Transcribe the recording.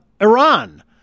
Iran